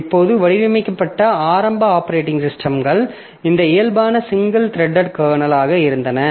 இப்போது வடிவமைக்கப்பட்ட ஆரம்ப ஆப்பரேட்டிங் சிஸ்டம்கள் இந்த இயல்பான சிங்கிள் த்ரெட்டட் கர்னலாக இருந்தன